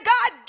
God